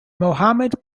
mohamed